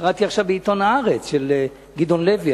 קראתי עכשיו בעיתון "הארץ" דברים של גדעון לוי,